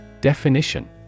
Definition